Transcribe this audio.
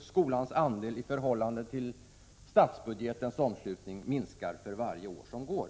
skolans andel i förhållande till statsbudgetens omslutning minskar för vart år som går.